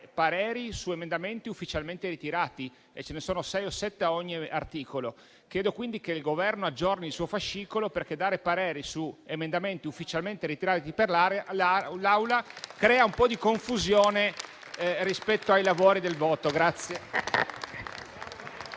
pareri su emendamenti ufficialmente ritirati (e ce ne sono sei o sette a ogni articolo). Chiedo quindi che il Governo aggiorni il suo fascicolo, perché esprimere pareri su emendamenti ufficialmente ritirati per l'Aula crea un po' di confusione rispetto alle votazioni.